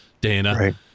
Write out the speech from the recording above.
Dana